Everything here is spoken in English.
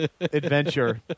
adventure